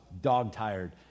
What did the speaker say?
dog-tired